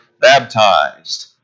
baptized